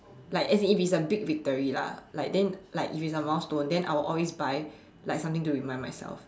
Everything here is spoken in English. like as in if it's a big victory lah like then like if it's a milestone then I will buy like something to remind myself